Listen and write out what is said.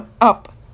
up